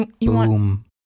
boom